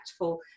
impactful